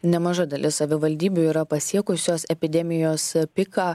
nemaža dalis savivaldybių yra pasiekusios epidemijos piką